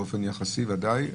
באופן יחסי ודאי,